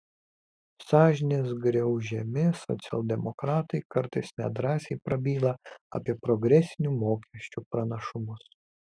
sąžinės griaužiami socialdemokratai kartais nedrąsiai prabyla apie progresinių mokesčių pranašumus